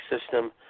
system